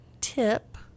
tip